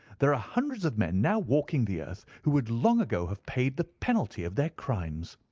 there are hundreds of men now walking the earth who would long ago have paid the penalty of their crimes.